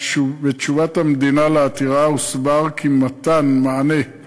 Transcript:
בתשובת המדינה על העתירה הוסבר כי מתן מענה הוא